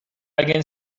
alguien